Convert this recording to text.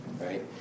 right